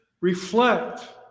reflect